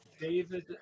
David